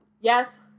Yes